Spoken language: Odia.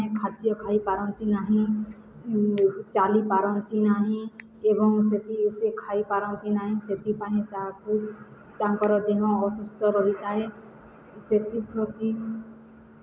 ପଶୁମାନେ ଖାଦ୍ୟ ଖାଇପାରନ୍ତି ନାହିଁ ଚାଲିପାରନ୍ତି ନାହିଁ ଏବଂ ସେଠି ସେ ଖାଇପାରନ୍ତି ନାହିଁ ସେଥିପାଇଁ ତାହାକୁ ତାଙ୍କର ଦେହ ଅସୁସ୍ଥ ରହିଥାଏ ସେଥିପ୍ରତି